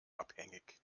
abhängig